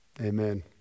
Amen